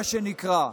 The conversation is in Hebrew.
מה שנקרא,